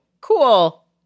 cool